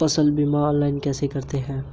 फसल बीमा ऑनलाइन कैसे करें?